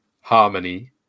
harmony